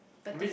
I mean